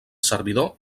servidor